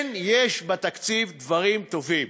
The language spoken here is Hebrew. כן, יש בתקציב דברים טובים,